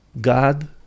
god